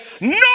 no